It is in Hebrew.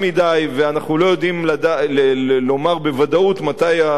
ואנחנו לא יודעים לומר בוודאות מתי השינוי